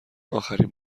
اخرین